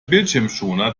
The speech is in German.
bildschirmschoner